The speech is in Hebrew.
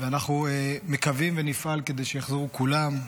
ואנחנו מקווים ונפעל שיחזרו כולם,